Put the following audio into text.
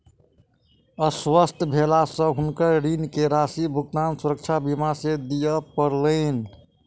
अस्वस्थ भेला से हुनका ऋण के राशि भुगतान सुरक्षा बीमा से दिय पड़लैन